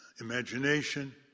imagination